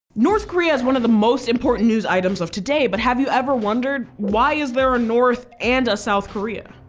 north korea is one of the most important news items of today. but have you ever wondered why is there a north and a south korea?